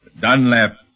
Dunlap